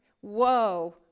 Whoa